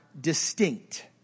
distinct